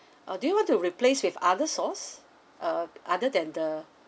uh do you want to replace with other sauce uh other than the